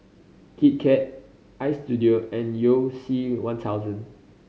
Kit Kat Istudio and You C One thousand